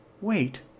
-"Wait